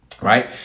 right